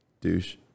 douche